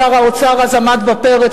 שר האוצר אז עמד בפרץ,